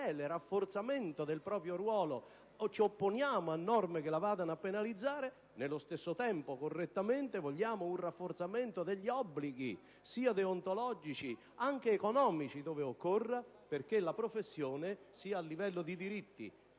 e rafforzamento del proprio ruolo, opponendoci a norme che lo vadano a penalizzare, nello stesso tempo, correttamente, vogliamo un rafforzamento degli obblighi deontologici, e anche economici ove occorra, perché la professione, sia a livello di diritti,